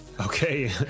Okay